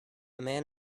man